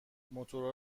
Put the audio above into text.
موتورا